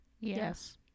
Yes